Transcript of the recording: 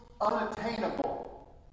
unattainable